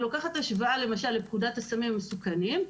אני עושה השוואה לפקודת הסמים המסוכנים,